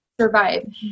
survive